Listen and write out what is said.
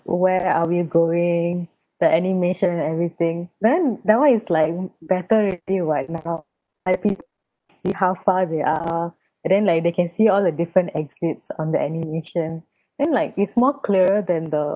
where are we going the animation everything then that [one] is like better already [what] see how far they are then like they can see all the different exits on the animation then like it's more clearer than the